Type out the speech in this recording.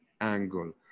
angle